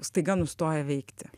staiga nustoja veikti